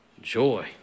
joy